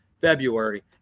February